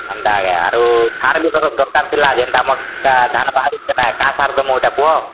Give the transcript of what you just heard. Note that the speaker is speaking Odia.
ହେନ୍ତାକେ ଆରୁ ସାରବିତ ଦରକାର ଥିଲା ଯେନ୍ତା ଆମର୍ ଧାନ୍ ବାହାରୁଛେ ନା କାଏଁ ସାର ଦେମୁ ହୋ ଇଟା କୁହ